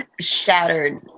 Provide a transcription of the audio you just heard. shattered